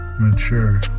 mature